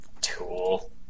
tool